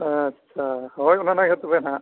ᱟᱪᱪᱷᱟ ᱦᱳᱭ ᱚᱱᱮ ᱚᱱᱟ ᱛᱚᱵᱮ ᱦᱟᱜ